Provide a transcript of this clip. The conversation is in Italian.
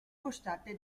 costante